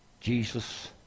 Jesus